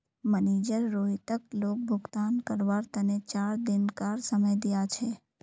manager रोहितक loan भुगतान करवार तने चार दिनकार समय दिया छे